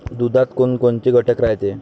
दुधात कोनकोनचे घटक रायते?